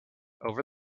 over